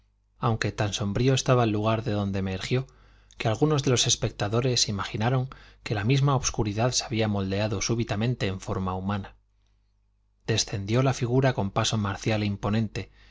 aunque tan sombrío estaba el lugar de donde emergió que algunos de los espectadores imaginaron que la misma obscuridad se había moldeado súbitamente en forma humana descendió la figura con paso marcial e imponente